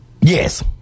Yes